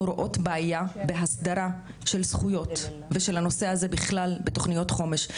רואות בעיה בהסדרה של זכויות ושל הנושא הזה בכלל בתוכניות חומש.